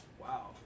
Wow